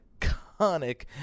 iconic